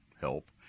help